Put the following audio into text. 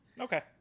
Okay